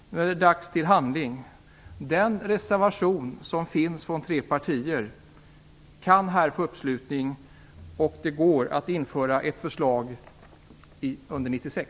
Nu är det dags för handling. Den reservation som tre partier står bakom kan här få uppslutning, och det går att genomföra ett förslag under 1996.